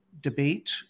debate